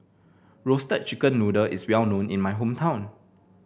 Roasted Chicken Noodle is well known in my hometown